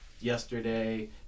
yesterday